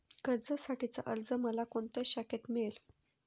कर्जासाठीचा अर्ज मला कोणत्या शाखेत मिळेल?